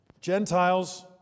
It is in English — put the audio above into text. Gentiles